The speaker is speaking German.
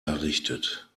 errichtet